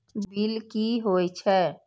Bill की हौए छै?